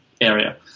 area